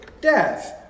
death